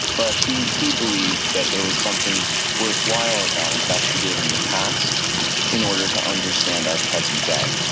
but he he believed that there was something worthwhile about investigating the past in order to understand our present day.